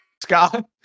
Scott